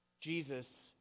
Jesus